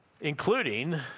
including